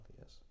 yes